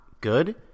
good